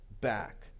back